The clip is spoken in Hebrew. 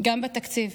גם בתקציב.